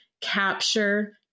capture